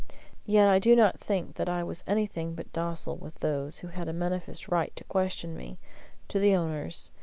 yet i do not think that i was anything but docile with those who had a manifest right to question me to the owners,